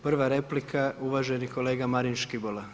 Prva replika uvaženi kolega Marin Škibola.